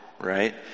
Right